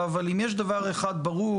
אבל אם יש דבר אחד ברור,